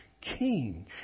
king